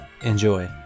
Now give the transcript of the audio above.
enjoy